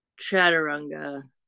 Chaturanga